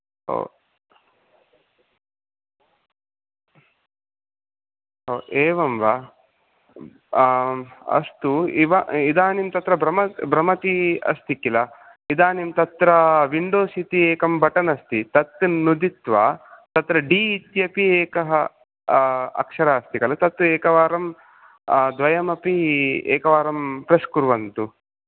ओ ओ एवं वा अस्तु इव इदानीं तत्र भ्रम भ्रमती अस्ति खिल इदानीं तत्र विन्डोज् इति एकं बटन् अस्ति तत् नुदित्वा तत्र डि इत्यपि एकः अक्षरः अस्ति खलु तत् एकवारं द्वयमपि एकवारं प्रेस् कुर्वन्तु